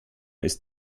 ist